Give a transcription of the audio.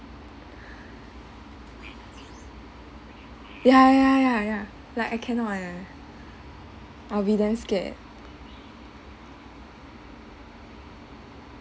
ya ya ya ya like I cannot one ya I'll be damn scared